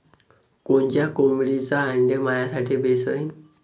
कोनच्या कोंबडीचं आंडे मायासाठी बेस राहीन?